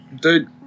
Dude